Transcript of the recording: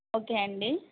okay అండి